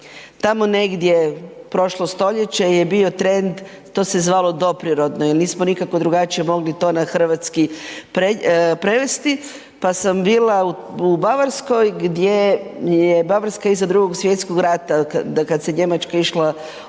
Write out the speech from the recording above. Tamo negdje, prošlo stoljeće je bio trend, to se zvalo doprirodno jel nismo nikako drugačije mogli to na hrvatski prevesti pa sam bila u Bavarskoj gdje je Bavarska iza II. Svj. rata kad se Njemačka išla oporavljati